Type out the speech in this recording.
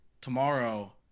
tomorrow